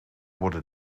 worden